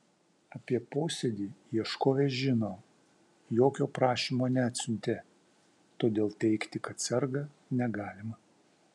apie posėdį ieškovė žino jokio prašymo neatsiuntė todėl teigti kad serga negalima